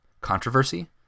controversy